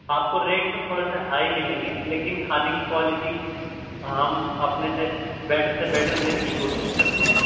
آپ کو ریٹ تو تھوڑا سا ہائی مِلیں گے لیکن کھانے کوالیٹی ہم اپنے سے بیٹر سے بیٹر دینے کی کوشش کرتے ہیں